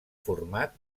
format